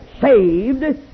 Saved